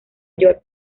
york